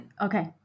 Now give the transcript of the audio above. Okay